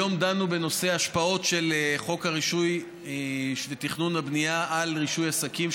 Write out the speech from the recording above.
היום דנו בנושא ההשפעות של חוק הרישוי ותכנון הבנייה על רישוי עסקים,